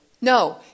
No